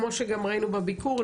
כמו שגם ראינו בביקור,